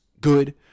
good